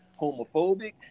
homophobic